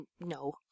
No